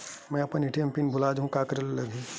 मैं अपन ATM PIN भुला जहु का करे ला लगही?